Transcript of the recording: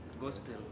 gospel